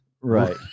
Right